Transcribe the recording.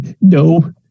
no